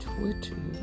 Twitter